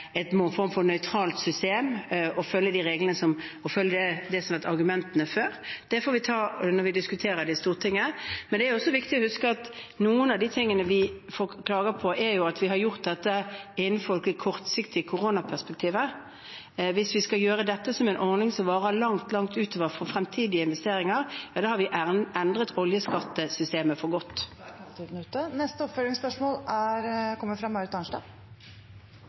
argumentene før. Det får vi ta når vi diskuterer det i Stortinget. Men det er viktig å huske at noe av det vi får klager på, er at vi har gjort dette innenfor det kortsiktige koronaperspektivet. Hvis vi skal gjøre dette som en ordning som varer langt, langt utover for fremtidige investeringer, ja, da har vi endret oljeskattesystemet for godt. Marit Arnstad – til oppfølgingsspørsmål.